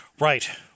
Right